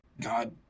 God